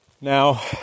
Now